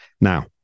Now